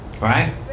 Right